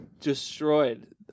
destroyed